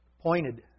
pointed